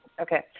Okay